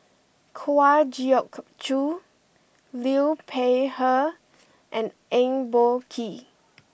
Kwa Geok Choo Liu Peihe and Eng Boh Kee